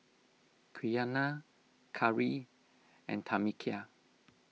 Quiana Kari and Tamekia